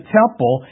temple